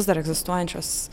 vis dar egzistuojančios